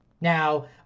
Now